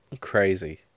crazy